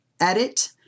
edit